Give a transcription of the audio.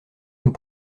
nous